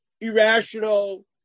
irrational